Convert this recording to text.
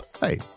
Hey